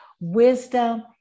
wisdom